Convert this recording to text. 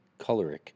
coloric